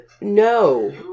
no